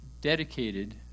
dedicated